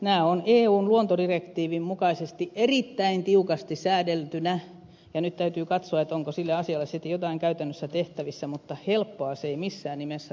nämä ovat eun luontodirektiivin mukaisesti erittäin tiukasti säädeltynä ja nyt täytyy katsoa onko sille asialle sitten jotain käytännössä tehtävissä mutta helppoa se ei missään nimessä tule olemaan